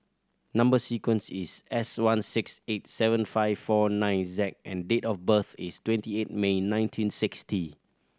number sequence is S one six eight seven five four nine Z and date of birth is twenty eight May nineteen sixty